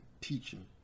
teaching